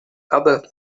other